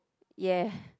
ya